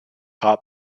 top